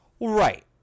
Right